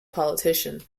politician